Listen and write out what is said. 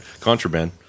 contraband